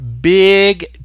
big